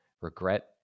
regret